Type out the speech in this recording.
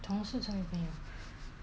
同事成为朋友